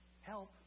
help